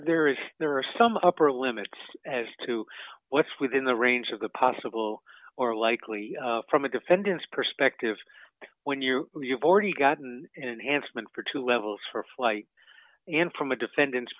there is there are some upper limits as to what's within the range of the possible or likely from a defendant's perspective when you're you've already gotten enhanced meant for two levels for a flight from a defendant's